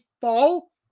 fall